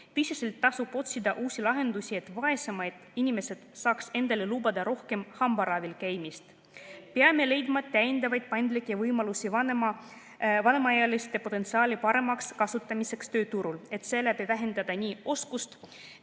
Pisteliselt tasub otsida uusi lahendusi, et vaesemad inimesed saaksid endale lubada rohkem hambaravil käimist. Peame leidma täiendavaid paindlikke võimalusi vanemaealiste potentsiaali paremaks kasutamiseks tööturul, et seeläbi vähendada nii oskustööjõu